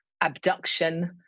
abduction